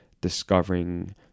discovering